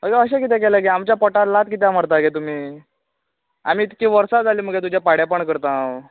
आगे अशें किद्या केलें गे आमच्या पोटार लात किद्या मारता गे तुमी आमी इतकी वर्सां जाली मगे तुजे पाडेपण करतां हांव